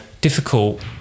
difficult